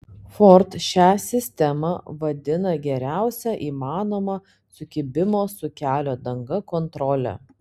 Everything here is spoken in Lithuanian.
ford šią sistemą vadina geriausia įmanoma sukibimo su kelio danga kontrole